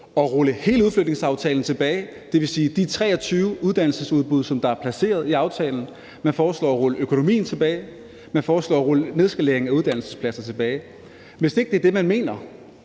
at rulle hele udflytningsaftalen tilbage, dvs. de 23 uddannelsesudbud, der er placeret i aftalen, og man foreslår at rulle økonomien tilbage, og man foreslår at rulle nedskaleringen af uddannelsespladser tilbage. Hvis det ikke er det, man mener,